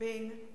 בין